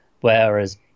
Whereas